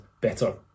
better